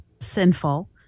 sinful